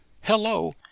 Hello